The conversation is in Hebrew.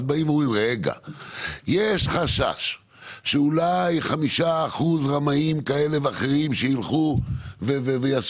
אומרים שיש חשש שאולי 5 אחוזים רמאים כאלה ואחרים ילכו ויעשו